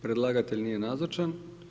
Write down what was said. Predlagatelj nije nazočan.